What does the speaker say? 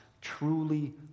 truly